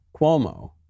Cuomo